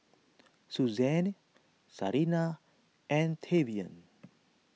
Suzanne Sarina and Tavion